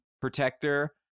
protector